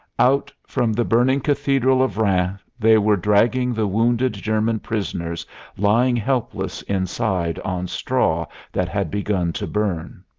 out from the burning cathedral of rheims they were dragging the wounded german prisoners lying helpless inside on straw that had begun to burn.